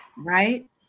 right